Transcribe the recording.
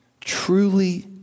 Truly